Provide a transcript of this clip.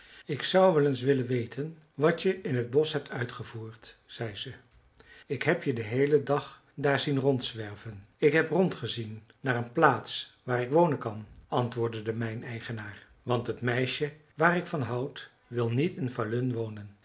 ik zou wel eens willen weten wat je in t bosch hebt uitgevoerd zei ze ik heb je den heelen dag daar zien rondzwerven ik heb rondgezien naar een plaats waar ik wonen kan antwoordde de mijneigenaar want het meisje waar ik van houd wil niet in falun wonen